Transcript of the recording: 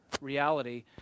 reality